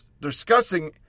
discussing